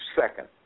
Second